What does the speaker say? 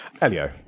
Elio